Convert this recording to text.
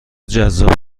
جذاب